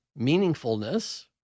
meaningfulness